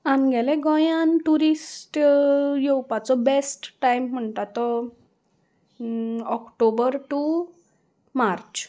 आमगेले गोंयान ट्युरिस्ट येवपाचो बेस्ट टायम म्हणटा तो ऑक्टोबर टू मार्च